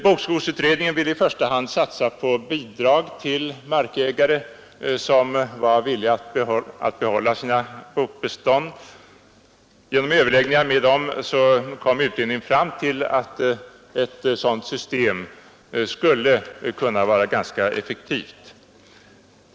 Bokskogsutredningen ville i första hand satsa på bidrag till markägare som är villiga att behålla sina bokbestånd. Genom överläggningar med dem kom utredningen fram till att ett sådant system skulle kunna vara ganska effektivt.